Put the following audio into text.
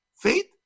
faith